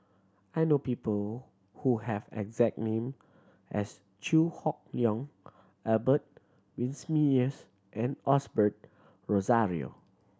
I know people who have exact name as Chew Hock Leong Albert Winsemius and Osbert Rozario